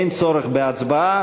אין צורך בהצבעה,